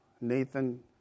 Nathan